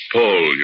Paul